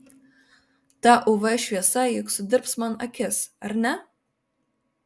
ta uv šviesa juk sudirbs man akis ar ne